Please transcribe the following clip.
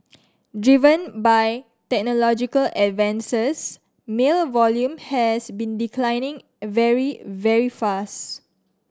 driven by technological advances mail volume has been declining very very fast